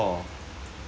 oh